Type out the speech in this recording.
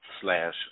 slash